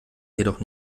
jedoch